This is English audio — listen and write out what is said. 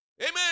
Amen